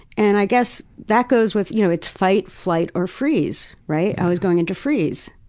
and i guess that goes with, you know, it's fight, flight or freeze. right? i was going into freeze.